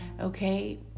Okay